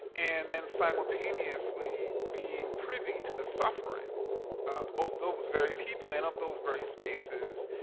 and then simultaneously being privy to the suffering um of those very people and of those very spaces,